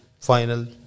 final